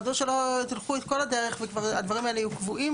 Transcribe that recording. מדוע שלא תלכו את כל הדרך וכבר הדברים האלה יהיו קבועים